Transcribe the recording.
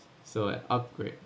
so I upgrade